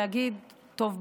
להגיד: טוב,